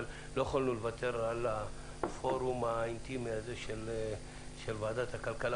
אבל לא יכולתי לוותר על הפורום האינטימי הזה של ועדת הכלכלה.